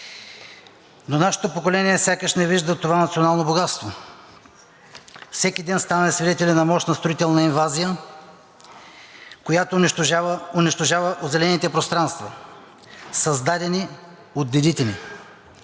Нашето поколение обаче сякаш не вижда това национално богатство. Всеки ден ставаме свидетели на мощна строителна инвазия, която унищожава озеленените пространства, създадени от дедите ни.